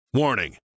Warning